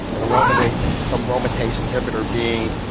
and aromatase aromatase inhibitor being